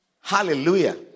Hallelujah